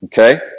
okay